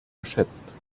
geschätzt